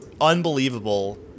unbelievable